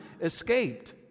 escaped